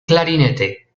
clarinete